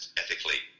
ethically